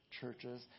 churches